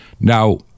Now